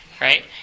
right